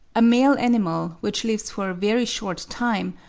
a male animal, which lives for a very short time,